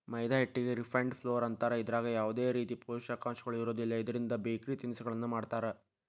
ಮೈದಾ ಹಿಟ್ಟಿಗೆ refined flour ಅಂತಾರ, ಇದ್ರಾಗ ಯಾವದೇ ರೇತಿ ಪೋಷಕಾಂಶಗಳು ಇರೋದಿಲ್ಲ, ಇದ್ರಿಂದ ಬೇಕರಿ ತಿನಿಸಗಳನ್ನ ಮಾಡ್ತಾರ